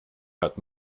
hört